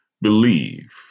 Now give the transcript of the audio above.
Believe